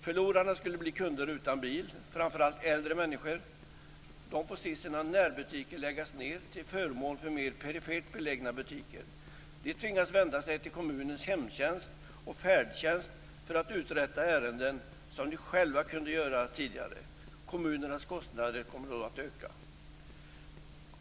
Förlorarna blir kunder utan bil, framför allt äldre människor. De får se sina närbutiker läggas ned till förmån för mer perifert belägna butiker. De tvingas använda sig av kommunens hemtjänst och färdtjänst för att uträtta ärenden som de tidigare själva kunde göra. Kommunernas kostnader skulle därmed öka.